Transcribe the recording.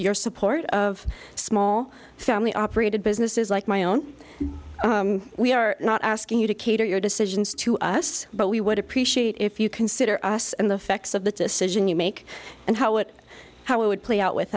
your support of small family operated businesses like my own we are not asking you to cater your decisions to us but we would appreciate if you consider us and the facts of the decision you make and how it how it would play out with